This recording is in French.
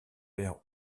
perd